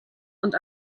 und